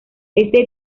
ese